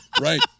Right